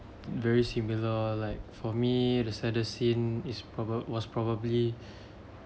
very similar uh like for me the saddest scene is probably was probably